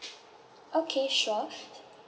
okay sure